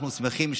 אנחנו שמחים,